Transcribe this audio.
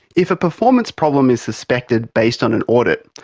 if a performance problem is suspected based on an audit,